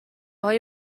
های